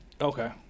okay